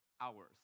hours